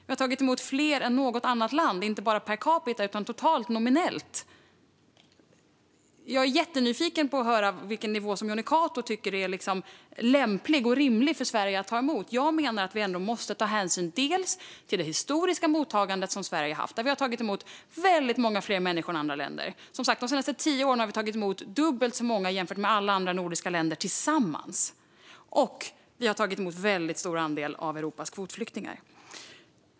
Vi har tagit emot fler än något annat land, inte bara per capita utan totalt, nominellt. Jag är jättenyfiken på att få höra vilken nivå Jonny Cato tycker är lämplig och rimlig för Sverige när det gäller mottagande. Jag menar att vi måste ta hänsyn till det historiska mottagande som Sverige har haft och att vi har tagit emot många fler människor än andra länder. Som sagt har vi de senaste tio åren tagit emot dubbelt så många jämfört med alla andra nordiska länder tillsammans, och vi har tagit emot en stor andel av Europas kvotflyktingar.